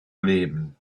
leben